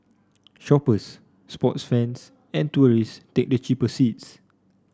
shoppers sports fans and tourist take the cheaper seats